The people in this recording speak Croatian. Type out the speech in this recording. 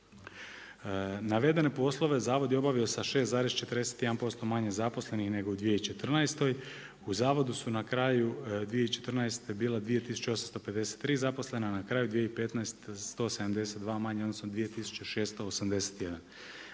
Navedene poslove zavod je obavio sa 6,41% manje zaposlenih nego u 2014. U zavodu su na kraju 2014. bilo 2853 zaposlena a na kraju 2015. 172 manje odnosno 2681.